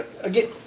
again